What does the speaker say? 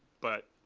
but